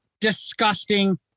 disgusting